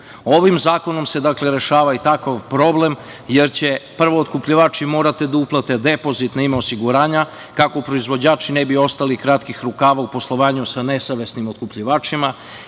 zakonom se rešava i takav problem, jer će prvo otkupljivači morati da uplate depozit na ime osiguranja kako proizvođači ne bi ostali kratkih rukava u poslovanju sa nesavesnim otkupljivačima